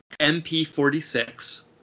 MP46